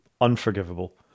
unforgivable